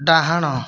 ଡାହାଣ